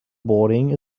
boarding